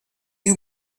you